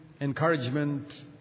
encouragement